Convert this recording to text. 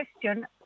question